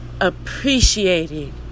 appreciating